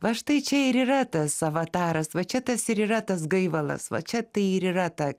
va štai čia ir yra tas avataras va čia tas ir yra tas gaivalas va čia tai ir yra ta